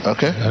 Okay